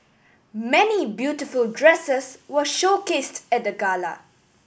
many beautiful dresses were showcased at the gala